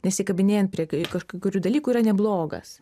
nesikabinėjant prie kažkurių dalykų yra neblogas